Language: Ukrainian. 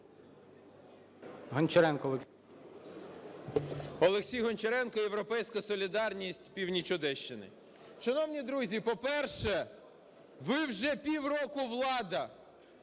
Олексій Гончаренко, "Європейська солідарність", північ Одещини. Шановні друзі, по-перше, ви вже півроку влада.